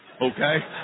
okay